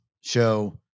show